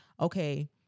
okay